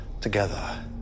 together